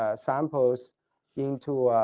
ah sample in to